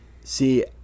See